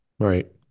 Right